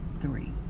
three